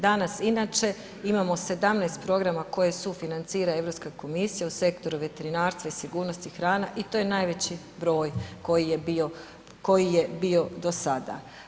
Danas, inače imamo 17 programa koje sufinancira Europska komisija u sektoru veterinarstva i sigurnosti hrane i to je najveći broj koji je bio do sada.